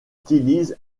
utilise